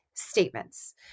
Statements